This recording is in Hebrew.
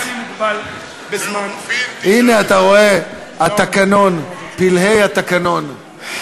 הנה, אתה רואה, התקנון, פלאי התקנון.